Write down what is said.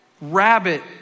rabbit